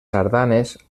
sardanes